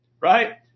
Right